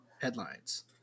headlines